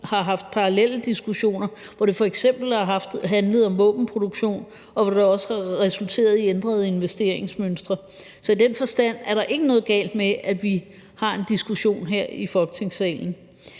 har haft parallelle diskussioner, hvor det f.eks. har handlet om våbenproduktion, og hvor det også har resulteret i ændrede investeringsmønstre. Så i den forstand er der ikke noget galt med, at vi har en diskussion her i Folketingssalen.